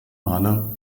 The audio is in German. maler